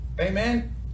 amen